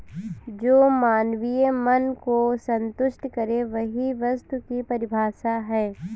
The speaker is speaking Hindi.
जो मानवीय मन को सन्तुष्ट करे वही वस्तु की परिभाषा है